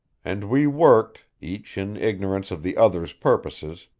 and we worked, each in ignorance of the other's purposes,